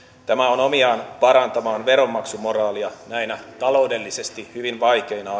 tämä on omiaan parantamaan veronmaksumoraalia näinä taloudellisesti hyvin vaikeina